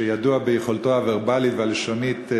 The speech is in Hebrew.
שידוע ביכולתו הוורבלית והלשונית,